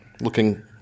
looking